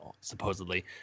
supposedly